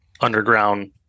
underground